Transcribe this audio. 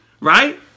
right